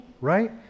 right